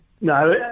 No